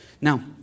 Now